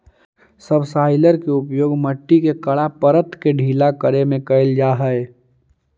subsoiler के उपयोग मट्टी के कड़ा परत के ढीला करे में कैल जा हई